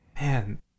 Man